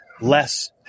less